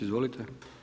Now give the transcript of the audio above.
Izvolite.